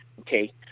okay